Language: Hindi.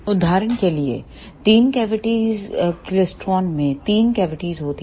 उदाहरण के लिए तीनकैविटीज़ क्लेस्ट्रॉन में तीन कैविटीज़ होती हैं